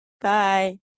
bye